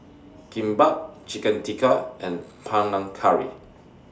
Kimbap Chicken Tikka and Panang Curry